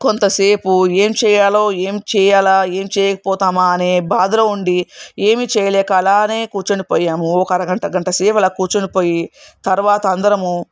కొంతసేపు ఏమి చేయాలో ఏమి చేయాల ఏం చెయ్యకపోతామా అనే బాధలో ఉండి ఏమీ చేయలేక అలానే కూర్చొని పోయాము ఒక అరగంట గంటసేపు అలా కూర్చునిపోయి తర్వాత అందరము